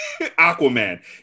Aquaman